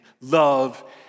love